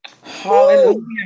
Hallelujah